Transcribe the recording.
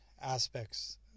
aspects